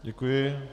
Děkuji.